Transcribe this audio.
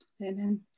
amen